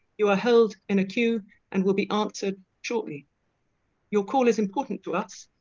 you are held in a queue and will be answered shortly your call is important to us.